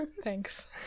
Thanks